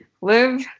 live